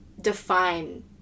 define